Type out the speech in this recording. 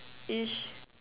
ish